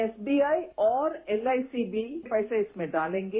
SBI और LIC भी पैसे इसमें डालेंगे